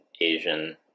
asian